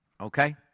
Okay